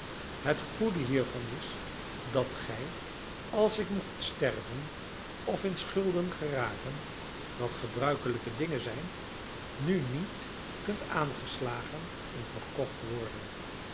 het goede hiervan is dat gij als ik mocht sterven of in schulden geraken dat gebeurlijke dingen zijn nu niet kunt aangeslagen en verkocht worden